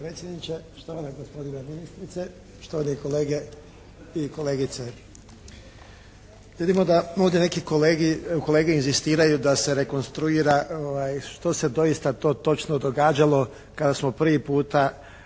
što se doista to točno događalo kada smo prvi puta